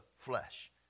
flesh